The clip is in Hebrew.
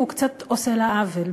הוא קצת עושה לה עוול.